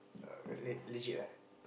err really legit ah